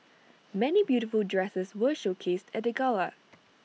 many beautiful dresses were showcased at the gala